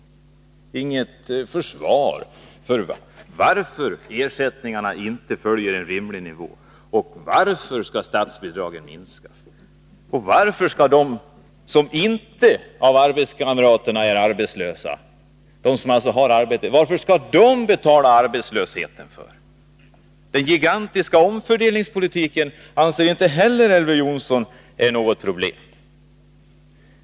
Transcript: Han har inget försvar för att ersättningarna inte ligger på en rimlig nivå eller för att statsbidragen skall minskas. Och varför skall de som inte är arbetslösa, de som alltså har ett arbete, betala arbetslösheten? Inte heller den gigantiska omfördelningspolitiken anser Elver Jonsson vara något problem.